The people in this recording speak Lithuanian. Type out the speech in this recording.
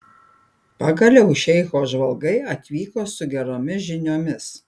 pagaliau šeicho žvalgai atvyko su geromis žiniomis